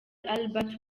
albert